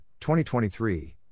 2023